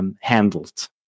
handled